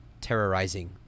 terrorizing